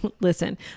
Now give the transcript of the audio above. listen